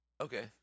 Okay